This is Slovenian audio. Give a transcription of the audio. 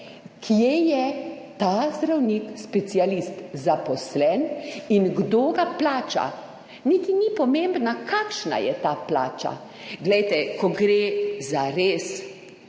kje je ta zdravnik specialist zaposlen in kdo ga plača. Niti ni pomembno, kakšna je ta plača. Glejte, ko gre zares,